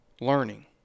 learning